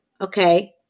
okay